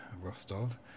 Rostov